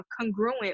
congruent